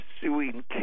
suing